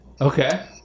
Okay